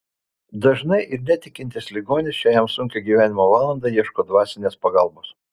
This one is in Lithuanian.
dažnai ir netikintis ligonis šią jam sunkią gyvenimo valandą ieško dvasinės pagalbos